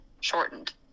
shortened